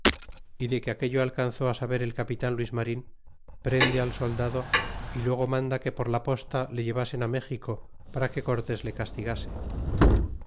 y de que aquello alcanzó saber el capitan luis marin prende al soldado y luego manda que por la posta le llevasen méxico para que cortés le castigase